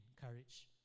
courage